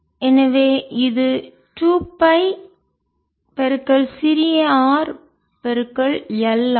எனவே இது 2 பை சிறிய ஆர் L ஆகும்